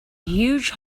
huge